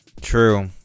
True